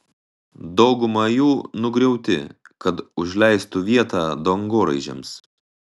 dauguma jų nugriauti kad užleistų vietą dangoraižiams